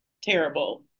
terrible